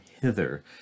hither